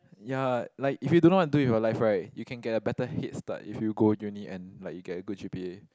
ya like if you don't know what to do in your life right you can get a better head start if you go uni and like you get a good g_p_a